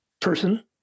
person